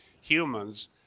humans